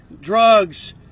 drugs